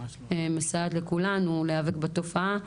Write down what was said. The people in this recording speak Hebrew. מסייעת לכולנו להיאבק בתופעה,